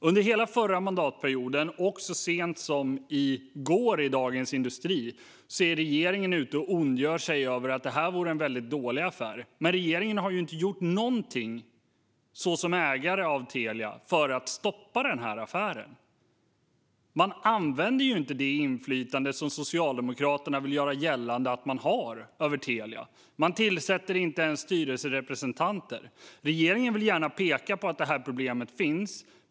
Under hela förra mandatperioden och så sent som i går i Dagens industri har regeringen ondgjort sig över att det vore en väldigt dålig affär. Men regeringen har inte gjort någonting, så som ägare av Telia, för att stoppa affären. Man använder inte det inflytande som Socialdemokraterna vill göra gällande att man har över Telia. Man tillsätter inte ens styrelserepresentanter. Regeringen vill gärna peka på att problemet finns.